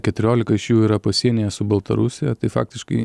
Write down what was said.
keturiolika iš jų yra pasienyje su baltarusija tai faktiškai